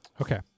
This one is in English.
Okay